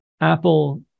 Apple